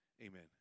Amen